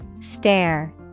Stare